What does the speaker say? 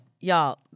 y'all